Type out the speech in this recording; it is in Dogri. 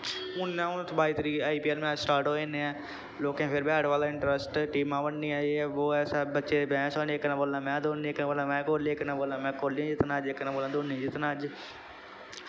हून ऐ हून बाई तरीक I P L match start हो जाने ऐं लोकें फिर बै बाल दा इंट्रस्ट टीमां बननियां जे ऐ वो ऐ बच्चें दी बैह्स होनी इक न बोलना मैं धोनी इक ने बोलना मै कोह्ली इक ने बोलना कोह्ली जित्तना इक ने बोलना धोनी जित्तना अज्ज